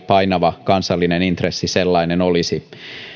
painava kansallinen intressi sellainen olisi